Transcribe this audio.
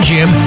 Gym